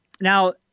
Now